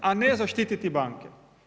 A ne zaštititi banke.